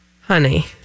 Honey